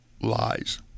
lies